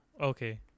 Okay